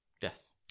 Yes